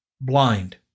blind